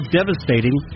devastating